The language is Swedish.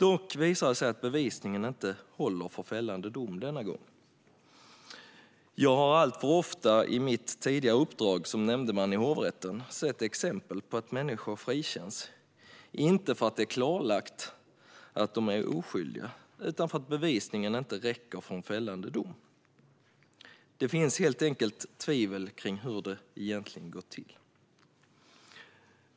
Dock visar det sig att bevisningen denna gång inte håller för fällande dom. Jag har alltför ofta i mitt tidigare uppdrag som nämndeman i hovrätten sett exempel på att människor frikänns, inte för att det är klarlagt att de är oskyldiga utan för att bevisningen inte räcker för en fällande dom. Det finns helt enkelt tvivel kring hur det egentligen har gått till.